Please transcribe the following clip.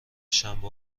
شنبه